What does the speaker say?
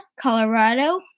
Colorado